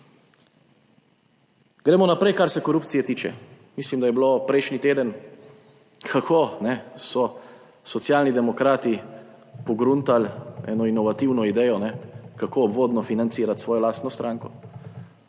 Gremo naprej, kar se korupcije tiče. Mislim, da je bilo prejšnji teden, kako so Socialni demokrati pogruntali eno inovativno idejo, kako ugodno financirati svojo lastno stranko.